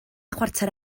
chwarter